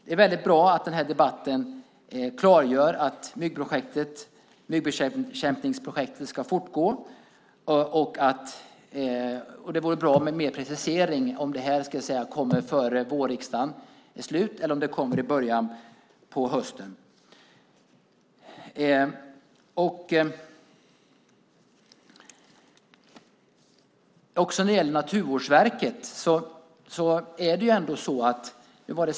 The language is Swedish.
Det är bra att debatten klargör att myggbekämpningsprojektet ska fortgå. Men det vore bra med mer precisering: Kommer det här innan vårriksdagen är slut, eller kommer det i början på hösten?